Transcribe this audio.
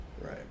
right